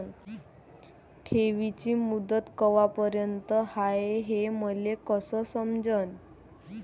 ठेवीची मुदत कवापर्यंत हाय हे मले कस समजन?